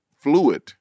fluid